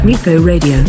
Radio